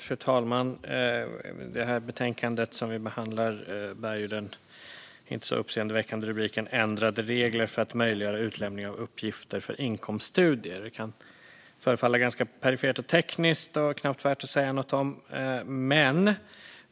Fru talman! Det betänkande vi behandlar bär den inte så uppseendeväckande rubriken Ändrade regler för att möjliggöra utlämning av uppgifter för inkomststudier . Det kan förefalla ganska perifert och tekniskt och knappt värt att säga något om.